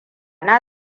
na